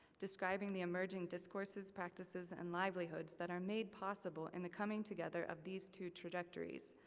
describing the emerging discourses, practices, and livelihoods that are made possible in the coming together of these two trajectories.